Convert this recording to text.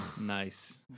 nice